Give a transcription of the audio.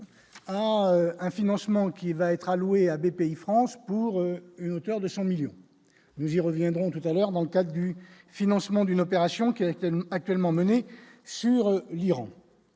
un financement qui va être allouée à BPIFrance pour une hauteur de 100 millions, nous y reviendrons tout à l'heure dans le cas du financement d'une opération qui, avec le actuellement menée sur l'Iran